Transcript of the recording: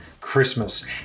Christmas